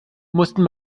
mussten